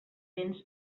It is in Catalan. béns